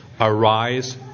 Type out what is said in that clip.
Arise